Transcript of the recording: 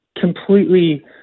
completely